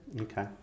okay